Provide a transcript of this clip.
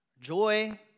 joy